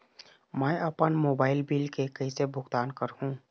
मैं अपन mobile bill के कैसे भुगतान कर हूं?